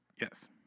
Yes